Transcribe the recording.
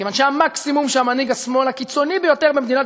מכיוון שהמקסימום שמנהיג השמאל הקיצוני ביותר במדינת